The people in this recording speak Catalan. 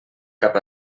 cap